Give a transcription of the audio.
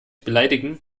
beleidigen